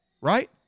Right